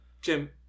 Jim